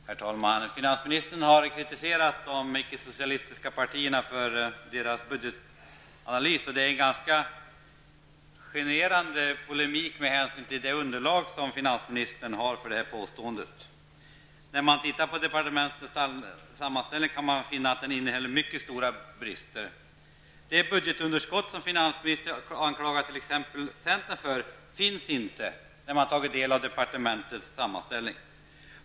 Herr talman! Finansministern har kritiserat de icke-socialistiska partierna för deras budgetanalys. Det är en ganska generande polemik med tanke på det underlag som finansministern har för sina påståenden. När man tittar i departementets sammanställning kan man finna att den har mycket stora brister. Det budgetunderskott som finansministern anklagar t.ex. centern för finns inte, när man har tagit del av departementets sammanställning.